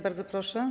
Bardzo proszę.